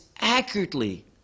accurately